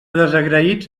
desagraïts